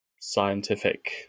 scientific